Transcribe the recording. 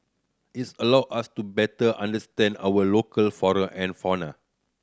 its allow us to better understand our local flora and fauna